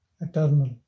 eternal